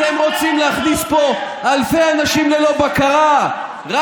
אתם רוצים להכניס לפה אלפי אנשים ללא בקרה רק